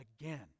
again